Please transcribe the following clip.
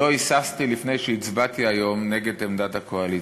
לא היססתי לפני שהצבעתי היום נגד עמדת הקואליציה.